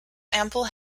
ample